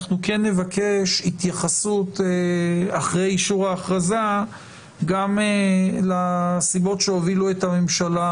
אנחנו כן נבקש התייחסות אחרי אישור ההכרזה גם לסיבות שהובילו את הממשלה